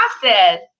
process